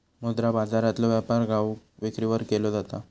मुद्रा बाजारातलो व्यापार घाऊक विक्रीवर केलो जाता